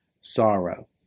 sorrow